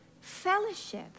fellowship